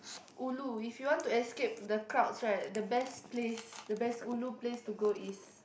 Wulu if you want to escape the crowds right the best place the best ulu place to go is